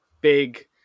big